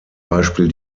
beispiel